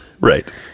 right